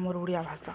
ଆମର୍ ଓଡ଼ିଆ ଭାଷା